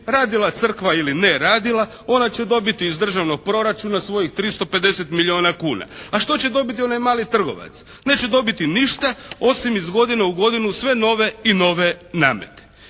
radila Crkva ili ne radila ona će dobiti iz državnog proračuna svojih 350 milijuna kuna. A što će dobiti onaj mali trgovac? Neće dobiti ništa, osim iz godine u godinu sve nove i nove namete.